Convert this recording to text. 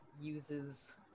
uses